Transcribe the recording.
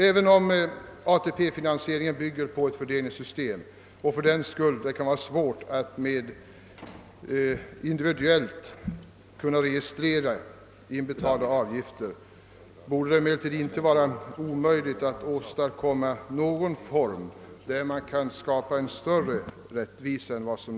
även om ATP-finansieringen bygger på ett fördelningssystem och det fördenskull kan vara svårt att individuellt registrera inbetalda avgifter, borde det inte vara omöjligt att åstadkomma någon form som skapar större rättvisa än nu är fallet.